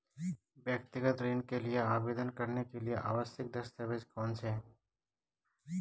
व्यक्तिगत ऋण के लिए आवेदन करने के लिए आवश्यक दस्तावेज़ कौनसे हैं?